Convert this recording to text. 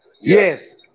Yes